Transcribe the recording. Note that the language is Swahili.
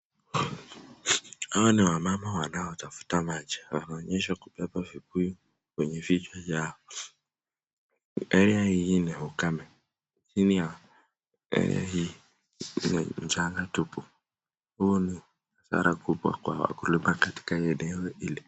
Hawa ni wawama wanaotafuta maji, wanaonyesha kubeba vibuyu kwenye vichwa yao , eneo hili ni ukame , chini ya eneo hili ni mchanga tupu, huo ni hasara kubwa kwa wakulima katika eneo hili.